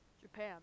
Japan